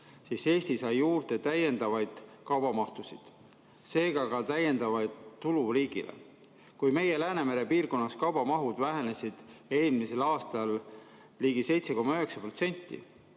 siis Eesti sai juurde täiendavaid kaubamahtusid, seega ka täiendavat tulu riigile. Kui meie Läänemere piirkonnas kaubamahud vähenesid eelmisel aastal ligi 7,9%,